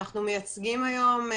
הצעתי שיגיעו למתווה מוסכם מול בעלי